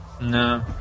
No